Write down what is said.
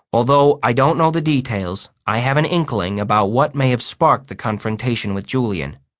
although i don't know the details, i have an inkling about what may have sparked the confrontation with julian.